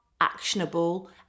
actionable